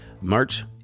March